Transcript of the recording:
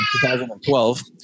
2012